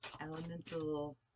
elemental